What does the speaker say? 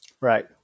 Right